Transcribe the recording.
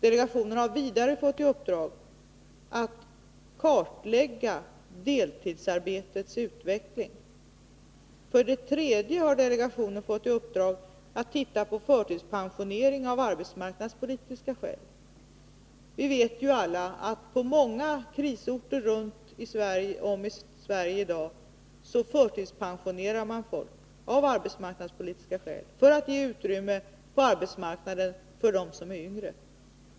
Delegationen har också fått i uppdrag att kartlägga deltidsarbetets utveckling. Vidare har delegationen fått i uppdrag att titta på förtidspensionering av arbetsmarknadspolitiska skäl. Vi vet alla att man på många krisorter runt om i Sverige i dag förtidspensionerar folk av arbetsmarknadspolitiska skäl, för att ge utrymme på arbetsmarknaden för dem som är yngre.